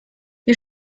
wir